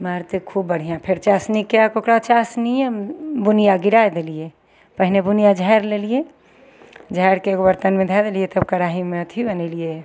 मारिते बहुत बढ़िआँ फेर चासनी कए कऽ ओकरा चासनियेमे बुनिया गिराय देलियै पहिने बुनिया झाड़ि लेलियै झाड़िके एगो बर्तनमेऽ धए देलियै तब कराही मे अथी बनेलियै